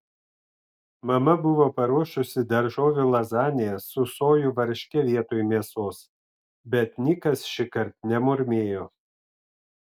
mama buvo paruošusi daržovių lazaniją su sojų varške vietoj mėsos bet nikas šįkart nemurmėjo